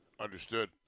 Understood